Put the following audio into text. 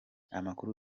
amakuru